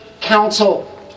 council